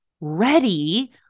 ready